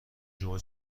شما